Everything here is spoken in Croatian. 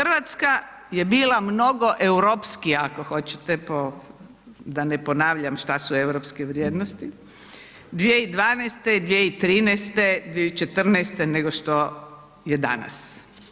RH je bila mnogo europskija ako hoćete po, da ne ponavljam šta su europske vrijednosti, 2012., 2013., 2014. nego što je danas.